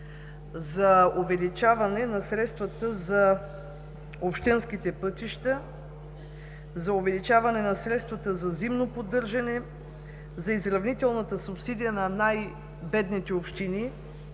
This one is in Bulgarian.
за увеличаване на средствата за общинските пътища, за увеличаване на средствата за зимно поддържане, за изравнителната субсидия на най-бедните общини,